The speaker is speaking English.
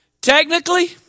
Technically